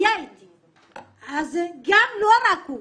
גם לא רק הוא.